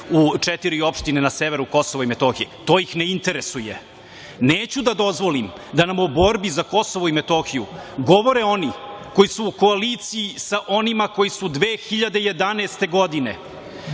u četiri opštine na severu Kosova i Metohije. To ih ne interesuje. Neću da dozvolim da nam o borbi za Kosovo i Metohiju govore oni koji su u koaliciji sa onima koji su 2011. godine